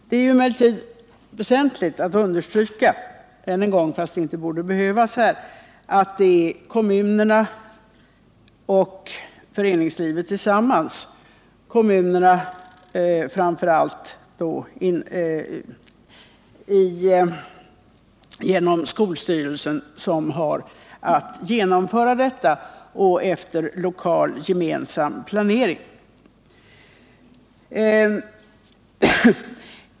Det är emellertid väsentligt att understryka — än en gång, fastän det inte borde behövas här — att det är kommunerna och föreningslivet tillsammans, och kommunerna då framför allt genom skolstyrelsen, som har att genomföra detta efter gemensam lokal planering.